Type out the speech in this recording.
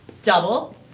Double